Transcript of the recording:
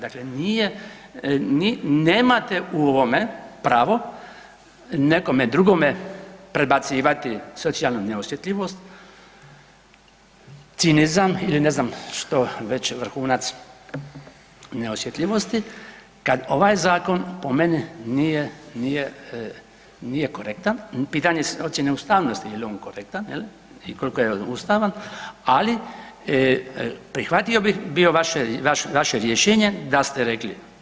Dakle, nije, nemate u ovome pravo nekome drugome predbacivati socijalnu neosjetljivost, cinizam ili ne znam što već, vrhunac neosjetljivosti kad ovaj zakon po meni nije, nije, nije korektan, pitanje je ocjene ustavnosti je li on korektan jel i koliko je ustavan, ali prihvatio bih bio vaše rješenje da ste rekli.